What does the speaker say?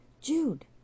Jude